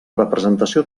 representació